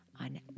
on